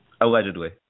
Allegedly